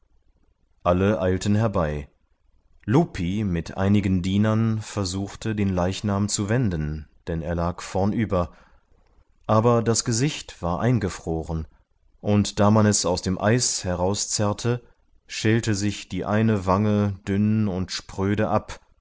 alle eilten herbei lupi mit einigen dienern versuchte den leichnam zu wenden denn er lag vornüber aber das gesicht war eingefroren und da man es aus dem eis herauszerrte schälte sich die eine wange dünn und spröde ab